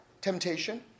temptation